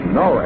no